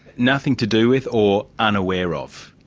nothing to do with or unaware of?